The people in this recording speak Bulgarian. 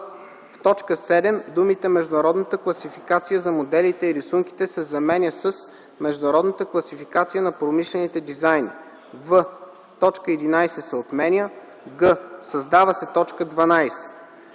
в т. 7 думите „Международната класификация за моделите и рисунките” се заменят с „Международната класификация на промишлените дизайни”; в) точка 11 се отменя; г) създава се т. 12: